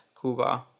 Cuba